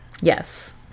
Yes